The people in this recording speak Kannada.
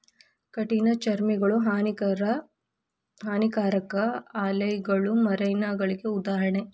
ಕಠಿಣ ಚರ್ಮಿಗಳು, ಹಾನಿಕಾರಕ ಆಲ್ಗೆಗಳು ಮರೈನಗಳಿಗೆ ಉದಾಹರಣೆ